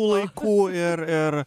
laikų ir ir